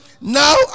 now